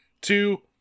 Two